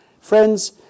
Friends